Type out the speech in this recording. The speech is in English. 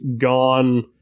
gone